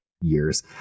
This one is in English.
years